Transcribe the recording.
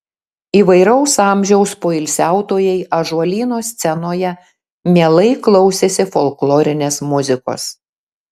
įvairaus amžiaus poilsiautojai ąžuolyno scenoje mielai klausėsi folklorinės muzikos